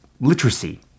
literacy